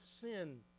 sin